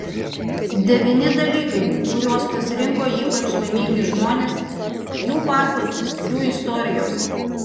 devyni dalykai kuriuos pasirinko ypač laimingi žmonės jų paslaptys jų istorijos